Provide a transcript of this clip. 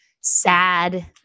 sad